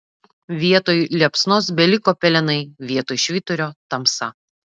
vietoj liepsnos beliko pelenai vietoj švyturio tamsa